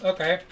Okay